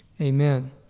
Amen